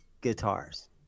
Guitars